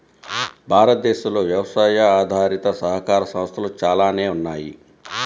భారతదేశంలో వ్యవసాయ ఆధారిత సహకార సంస్థలు చాలానే ఉన్నాయి